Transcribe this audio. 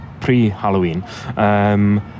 pre-Halloween